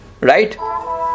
Right